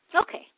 Okay